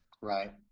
Right